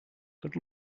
good